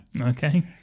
Okay